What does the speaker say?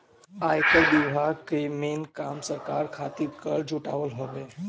आयकर विभाग कअ मेन काम सरकार खातिर कर जुटावल हवे